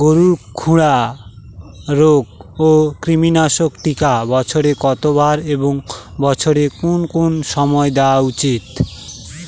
গরুর খুরা রোগ ও কৃমিনাশক টিকা বছরে কতবার এবং বছরের কোন কোন সময় দেওয়া উচিৎ?